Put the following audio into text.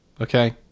okay